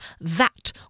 That